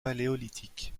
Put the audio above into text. paléolithique